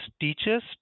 teachers